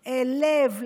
לתת לב,